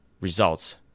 results